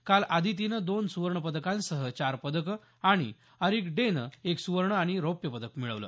काल आदितीनं दोन सुवर्णपदकांसह चार पदकं आणि अरीक डे नं एक सुवर्ण आणि रौप्य पदक मिळवलं